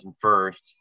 first